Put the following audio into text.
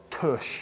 tush